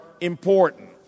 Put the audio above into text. important